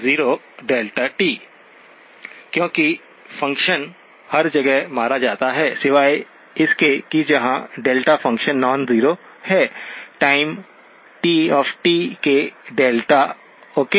xδxδ क्योंकि फंक्शन हर जगह मारा जाता है सिवाय इसके कि जहां डेल्टा फंक्शन नॉन जीरो है टाइम टी के डेल्टा ओके